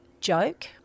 joke